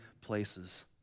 places